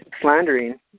slandering